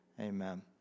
Amen